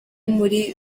muri